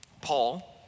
Paul